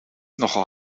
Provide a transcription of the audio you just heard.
nogal